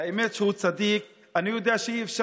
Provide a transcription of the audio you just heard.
האמור הוקם במשרד הביטחון אגף הפיקוח על היצוא הביטחוני.